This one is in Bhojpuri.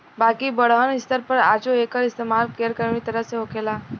बाकिर बड़हन स्तर पर आजो एकर इस्तमाल गैर कानूनी तरह से होखेला